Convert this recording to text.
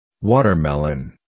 watermelon